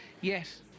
Yes